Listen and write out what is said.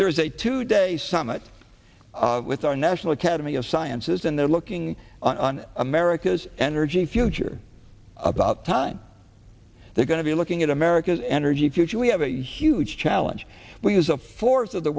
there's a two day summit with our national academy of sciences and they're looking on america's energy future about time they're going to be looking at america's energy future we have a huge challenge but as a force of the